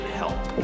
help